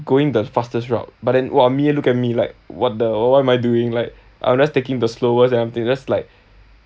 going the fastest route but then !wah! me look at me like what the or what am I doing like I'm just taking the slowest and I'm just like